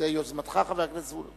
שבקשתה של ועדת החוקה,